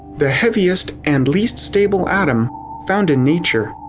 the heaviest and least stable atom found in nature.